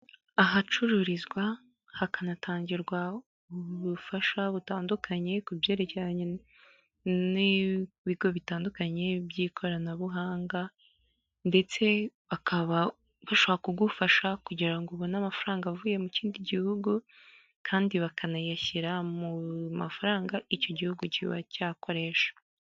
Ahacururizwa hakanatangirwa ubufasha butandukanye, ku byerekeranye n'ibigo bitandukanye by'ikoranabuhanga, ndetse bakaba bashaka kugufasha kugira ngo ubone amafaranga avuye mu kindi gihugu, kandi bakanayashyira mu mafaranga icyo gihugu kiba cyakoresha.